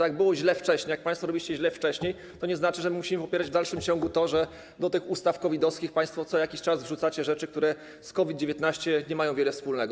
Jak było źle wcześniej, jak państwo robiliście źle wcześniej, to nie znaczy, że musimy popierać w dalszym ciągu to, że do tych ustaw COVID-owskich państwo co jakiś czas wrzucacie rzeczy, które z COVID-19 nie mają wiele wspólnego.